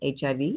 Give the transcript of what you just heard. HIV